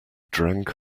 drank